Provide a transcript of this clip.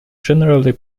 generally